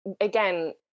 again